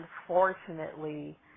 unfortunately